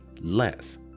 less